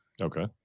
Okay